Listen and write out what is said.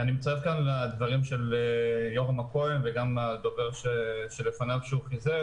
אני מצטרף לדברים של יורם הכהן וגם מי שדיבר לפניו.